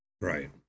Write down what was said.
Right